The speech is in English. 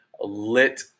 lit